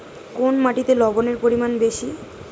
কোন মাটিতে লবণের পরিমাণ বেশি?